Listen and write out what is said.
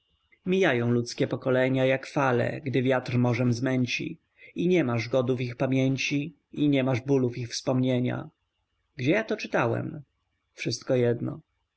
mijają ludzkie pokolenia jak fale gdy wiatr morzem zmęci i nie masz godów ich pamięci i nie masz bolów ich wspomnienia gdzie ja to czytałem wszystko jedno